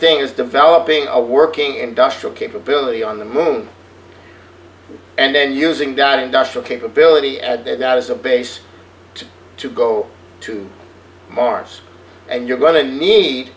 thing is developing a working industrial capability on the moon and then using that industrial capability and not as a base to go to mars and you're going to need